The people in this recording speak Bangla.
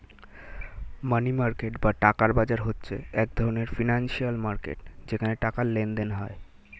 মানি মার্কেট বা টাকার বাজার হচ্ছে এক ধরণের ফিনান্সিয়াল মার্কেট যেখানে টাকার লেনদেন হয়